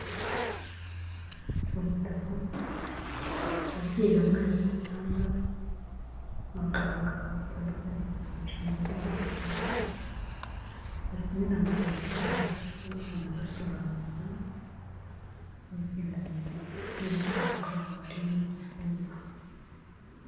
Mu bitaro, ababyeyi bamwe bari ku gitanda abaganga batandukanye boherejwe muri ibi bitaro, bari kumwe na mugenzi wabo, agenda abasobanurira ibigendanye n'uburwayi bw'abantu bari muri iki cyumba.